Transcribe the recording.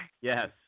Yes